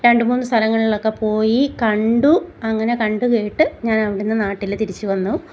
രണ്ടുമൂന്നു സ്ഥലങ്ങളിലൊക്കെ പോയി കണ്ടു അങ്ങനെ കണ്ട് കേട്ട് ഞാൻ അവിടുന്ന് നാട്ടിൽ തിരിച്ചു വന്നു